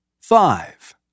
five